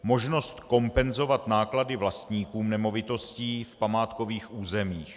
Možnost kompenzovat náklady vlastníkům nemovitostí v památkových územích.